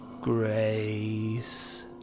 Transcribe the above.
Grace